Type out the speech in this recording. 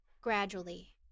gradually